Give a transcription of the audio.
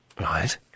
Right